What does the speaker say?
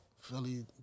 Philly